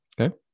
Okay